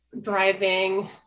driving